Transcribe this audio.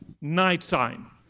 nighttime